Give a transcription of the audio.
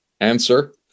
answer